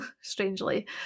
Strangely